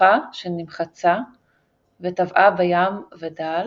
וסופה שנמחצה וטבעה בים ודל,